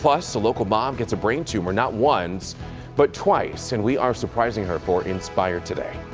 plus a local mom gets a brain tumor not once but twice, and we're surprising her for inspire today.